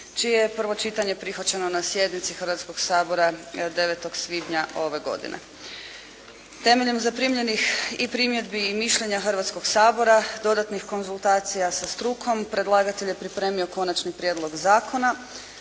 čije je prvo čitanje prihvaćeno na sjednici Hrvatskog sabora 9. svibnja ove godine. Temeljem zaprimljenih i primjedbi i mišljenja Hrvatskog sabora, dodatnih konzultacija sa strukom, predlagatelj je pripremio konačni prijedlog zakona,